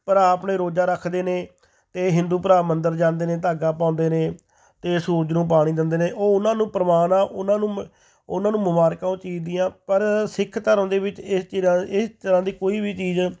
ਭਰਾ ਆਪਣੇ ਰੋਜ਼ਾ ਰੱਖਦੇ ਨੇ ਅਤੇ ਹਿੰਦੂ ਭਰਾ ਮੰਦਰ ਜਾਂਦੇ ਨੇ ਧਾਗਾ ਪਾਉਂਦੇ ਨੇ ਅਤੇ ਸੂਰਜ ਨੂੰ ਪਾਣੀ ਦਿੰਦੇ ਨੇ ਉਹ ਉਹਨਾਂ ਨੂੰ ਪ੍ਰਵਾਨ ਆ ਉਹਨਾਂ ਨੂੰ ਮ ਉਹਨਾਂ ਨੂੰ ਮੁਬਾਰਕਾਂ ਉਹ ਚੀਜ਼ ਦੀਆਂ ਪਰ ਸਿੱਖ ਧਰਮ ਦੇ ਵਿੱਚ ਇਸ ਚਰਾ ਇਸ ਤਰ੍ਹਾਂ ਦੀ ਕੋਈ ਵੀ ਚੀਜ਼